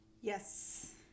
Yes